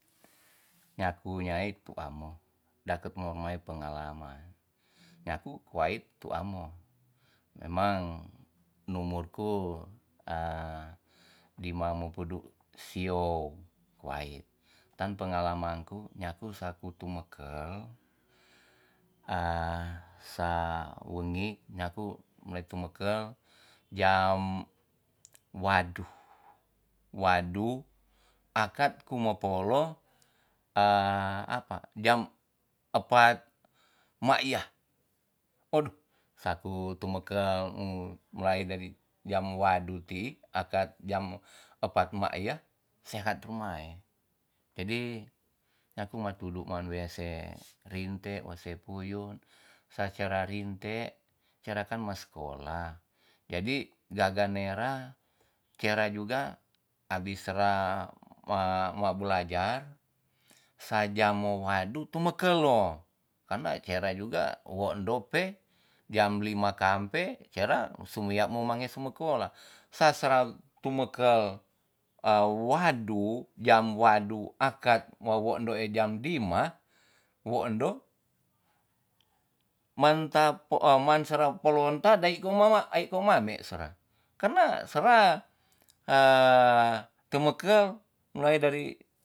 Nyaku nyai tua mo daket ma mae pengalaman nyaku kowait tu amo memang numur ku a dima mopudu siow kowait tan pengalaman ku nyaku sa ku tumekel a sa wengi nyaku mulai tumekel jam waduh wadu akat ku mo polo a apa jam epat mak'ya odo satu tumukel mulai dari jam wadu ti akat jam epat mak'ya sehat rumae jadi nyaku matudu man wean se rinte wo se puyun sa sera rinte sera kan ma skola jadi gaga nera sera juga abis sera ma bulajar sa ja mo wadu tumukul lo kan da sera juga wo endo pe jam lima kampe sera sumia mo mange sumi kola sa sera tumekel awadu jam wadu akat wawo endo e jam lima wo endo man ta pe man sera polonta dai ko mama ai ko mame sera karena sera a tumekel mulai dari